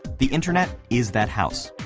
the internet is that house.